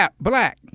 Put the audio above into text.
Black